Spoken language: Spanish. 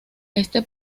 este